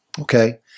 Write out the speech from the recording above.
okay